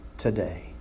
today